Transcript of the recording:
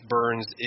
Burns